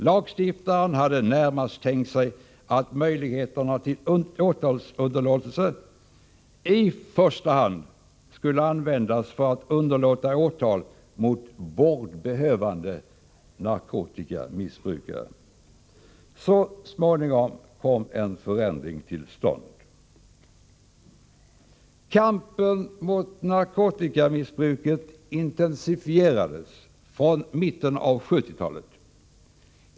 Lagstiftaren hade närmast tänkt sig att möjligheterna till åtalsunderlåtelse i första hand skulle användas för att underlåta åtal mot vårdbehövande narkotikamissbrukare. Så småningom kom en förändring till stånd. Kampen mot narkotikamissbruket intensifierades från mitten av 1970 talet.